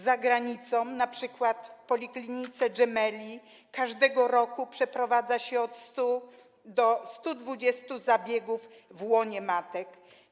Za granicą, np. w poliklinice Gemelli, każdego roku przeprowadza się od 100 do 120 zabiegów w łonie matek.